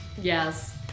Yes